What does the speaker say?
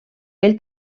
ell